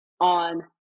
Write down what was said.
on